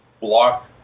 block